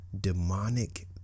demonic